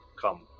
come